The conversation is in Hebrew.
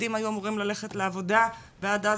ילדים היו אמורים ללכת לעבודה ועד אז